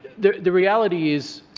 the the reality is,